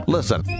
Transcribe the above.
Listen